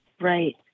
Right